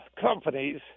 companies